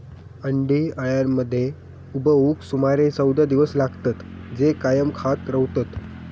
अंडी अळ्यांमध्ये उबवूक सुमारे चौदा दिवस लागतत, जे कायम खात रवतत